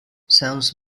sounds